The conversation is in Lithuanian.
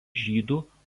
žydų